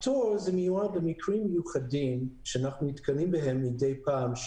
הפטור מיועד למקרים מיוחדים שאנחנו נתקלים בהם מידי פעם.